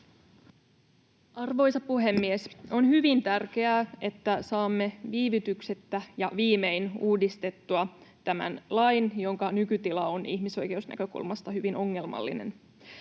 Arvoisa puhemies! On hyvin tärkeää, että saamme viivytyksettä ja viimein uudistettua tämän lain, jonka nykytila on ihmisoikeusnäkökulmasta hyvin ongelmallinen.